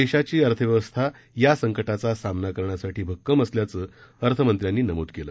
देशाची अर्थव्यवस्था या संकटाचा सामना करण्यासाठी भक्कम असल्याचं अर्थमंत्र्यांनी नमूद केलं